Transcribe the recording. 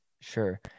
Sure